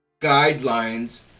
guidelines